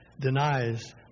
denies